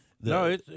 No